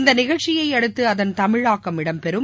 இந்த நிகழ்ச்சியை அடுத்து அதன் தமிழாக்கம் இடம்பெறும்